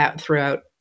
throughout